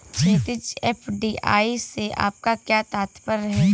क्षैतिज, एफ.डी.आई से आपका क्या तात्पर्य है?